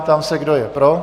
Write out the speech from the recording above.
Ptám se, kdo je pro.